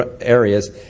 areas